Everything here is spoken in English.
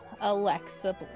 Alexa